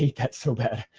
hate that so bad.